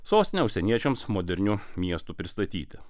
sostinę užsieniečiams moderniu miestu pristatyti